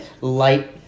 light